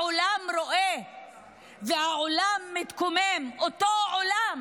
העולם רואה והעולם מתקומם, אותו עולם